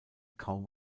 kaum